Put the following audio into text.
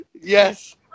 yes